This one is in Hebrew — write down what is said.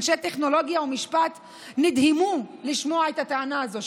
אנשי טכנולוגיה ומשפט נדהמו לשמוע את הטענה הזאת.